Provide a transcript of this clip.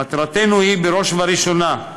מטרתנו, בראש ובראשונה,